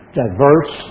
diverse